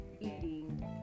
eating